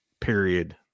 Period